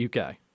UK